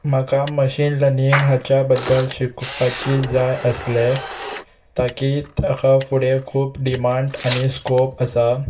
म्हाका machine learning हाच्या बद्दल शिकपाची जाय आसले ताकी ताका फुडें खूब डिमांड आनी स्कोप आसा